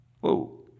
Whoa